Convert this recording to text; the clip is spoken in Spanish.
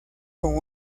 con